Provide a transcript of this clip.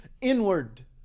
inward